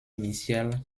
initial